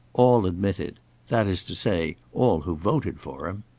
all admitted that is to say, all who voted for him.